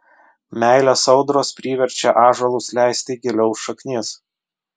meilės audros priverčia ąžuolus leisti giliau šaknis